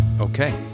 Okay